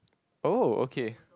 oh okay